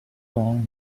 along